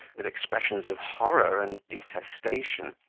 with expressions of horror and detestation,